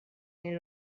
این